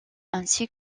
ainsi